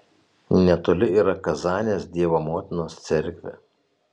netoli yra kazanės dievo motinos cerkvė